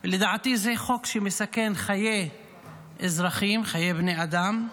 ולדעתי זה חוק שמסכן חיי אזרחים, חיי בני אדם,